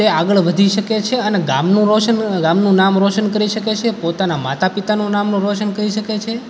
એ આગળ વધી શકે છે અને ગામનું રોશન ગામનું નામ રોશન કરી શકે છે પોતાના માતાપિતાનું નામ રોશન કરી શકે છે